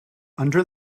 under